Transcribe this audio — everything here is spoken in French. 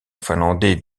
finlandais